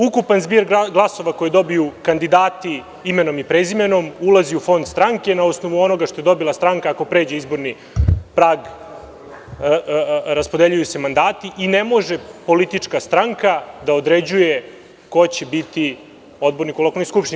Ukupan zbir glasova koji dobiju kandidati imenom i prezimenom ulazi u fond stranke na osnovu onoga što je dobila stranka ako pređe izborni prag, raspodeljuju se mandati i ne može politička stranka da određuje ko će biti odbornik u lokalnoj skupštini.